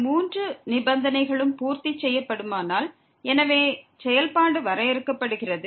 இந்த மூன்று நிபந்தனைகளும் பூர்த்தி செய்யப்படுமானால் எனவே செயல்பாடு வரையறுக்கப்படுகிறது